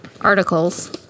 articles